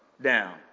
down